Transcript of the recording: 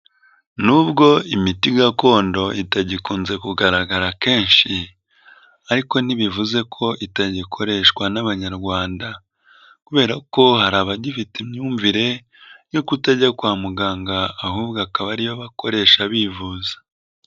Nubwo imiti gakondo itagikunze kugaragara kenshi ariko ntibivuze ko itagikoreshwa n'Abanyarwanda kubera ko hari abagifite imyumvire yo kutajya kwa muganga ahubwo akaba ari yo bakoresha bivuza.